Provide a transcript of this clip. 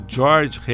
George